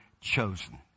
chosen